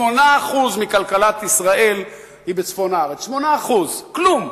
8% מכלכלת ישראל הם בצפון הארץ, 8%. כלום.